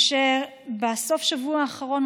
ובסוף השבוע האחרון,